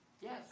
Yes